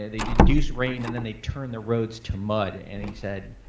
yeah they'd induce rain and then they'd turn the roads to mud, and he said,